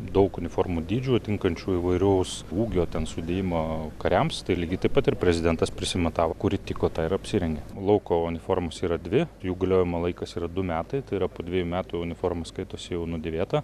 daug uniformų dydžių tinkančių įvairaus ūgio ten sudėjimo kariams tai lygiai taip pat ir prezidentas prisimatavo kuri tiko tą ir apsirengė lauko uniformos yra dvi jų galiojimo laikas yra du metai tai yra po dvejų metų uniforma skaitosi jau nudėvėta